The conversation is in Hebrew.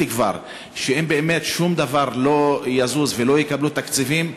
כבר שאם באמת שום דבר לא יזוז ולא יקבלו תקציבים,